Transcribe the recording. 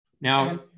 Now –